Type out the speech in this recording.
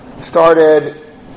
started